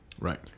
right